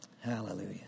Hallelujah